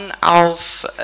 auf